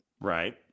right